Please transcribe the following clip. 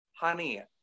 Honey